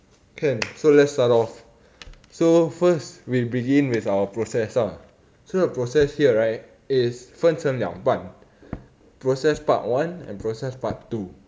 can so let's start off so first we begin with our process ah so the process here right is 分成两半 process part one and process part two